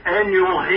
annual